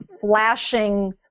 flashing